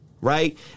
Right